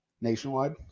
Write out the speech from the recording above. nationwide